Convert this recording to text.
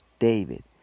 David